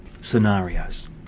scenarios